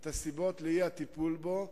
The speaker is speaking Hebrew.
את הסיבות לאי-טיפול בו,